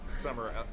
summer